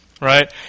Right